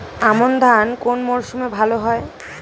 আমন ধান কোন মরশুমে ভাল হয়?